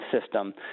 system